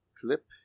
Clip